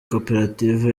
koperative